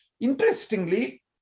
interestingly